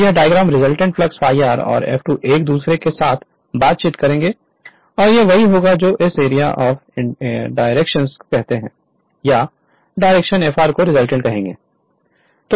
तो यह diagram resultant flux Φr और F2 एक दूसरे के साथ बातचीत करेंगे और यह वही होगा जो इस एरिया ऑफ डायरेक्शन को कहते हैं या डायरेक्शन Fr को रिजल्टेंट कहेंगे